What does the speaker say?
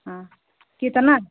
हाँ कितना